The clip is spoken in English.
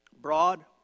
Broad